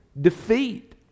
defeat